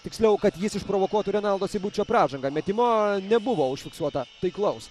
tiksliau kad jis išprovokuotų renaldo seibučio pražangą metimo nebuvo užfiksuota taiklaus